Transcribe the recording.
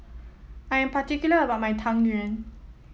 I am particular about my Tang Yuen